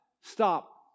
stop